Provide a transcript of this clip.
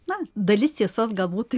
na dalis tiesos galbūt